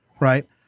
Right